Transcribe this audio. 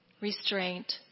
restraint